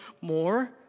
more